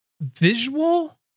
visual